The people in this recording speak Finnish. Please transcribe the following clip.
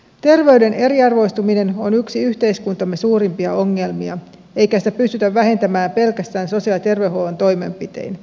terveyden eriarvoistuminen on yksi yhteiskuntamme suurimpia ongelmia eikä sitä pystytä vähentämään pelkästään sosiaali ja terveydenhuollon toimenpitein